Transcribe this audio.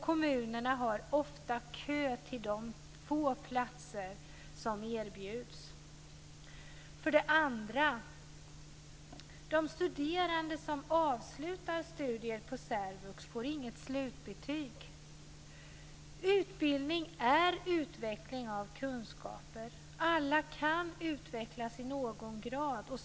Kommunerna har ofta kö till de få platser som erbjuds. För det andra får inte de studerande som avslutar studier på särvux något slutbetyg. Utbildning är utveckling av kunskaper. Alla kan utvecklas i någon grad.